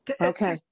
Okay